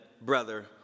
brother